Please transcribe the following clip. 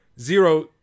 zero